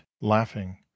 laughing